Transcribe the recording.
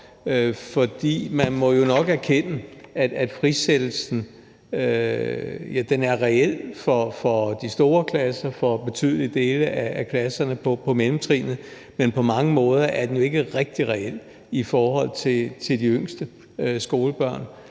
man må jo nok erkende, at frisættelsen nok er reel for de store klasser og for betydelige dele af klasserne på mellemtrinnet, men på mange måder er den jo ikke rigtig reel i forhold til de yngste skolebørn.